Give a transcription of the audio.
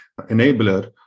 enabler